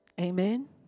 Amen